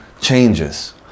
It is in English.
changes